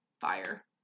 fire